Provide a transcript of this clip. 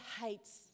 hates